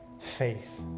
faith